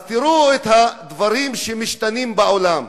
אז תראו את הדברים שמשתנים בעולם.